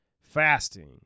fasting